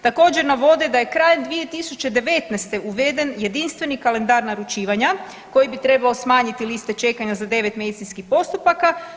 Također navode da je kraj 2019. uveden jedinstveni kalendar naručivanja koji bi trebao smanjiti liste čekanja za 9 medicinskih postupaka.